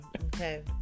Okay